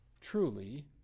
truly